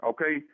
Okay